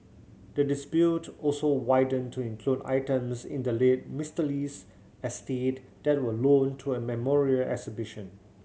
the dispute also widened to include items in the late Mister Lee's estate that were loaned to a memorial exhibition